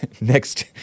next